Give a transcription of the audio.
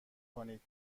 کنید